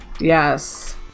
Yes